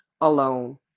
alone